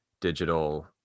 digital